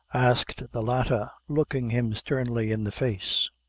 asked the latter, looking him sternly in the face.